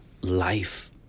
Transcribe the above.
Life